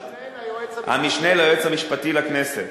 המשנה ליועץ המשפטי לכנסת.